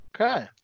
Okay